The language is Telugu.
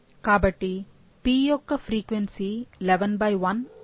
కాబట్టి p యొక్క ఫ్రీక్వెన్సీ 111 అవుతుంది